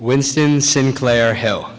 winston sinclair hell